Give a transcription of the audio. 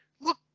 Look